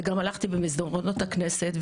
גם הלכתי במסדרונות הכנסת,